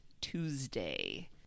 Tuesday